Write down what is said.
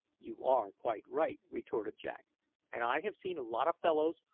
you are quite right, retorted jack and i have seen a lot of fellows,